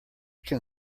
can